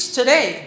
today